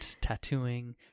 tattooing